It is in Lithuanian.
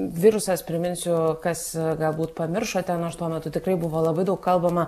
virusas priminsiu kas galbūt pamiršote nors tuo metu tikrai buvo labai daug kalbama